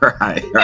right